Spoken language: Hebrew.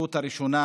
הזכות הראשונה